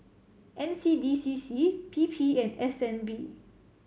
N C D C C P P and S N B